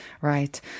Right